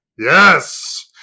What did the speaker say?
yes